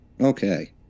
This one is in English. Okay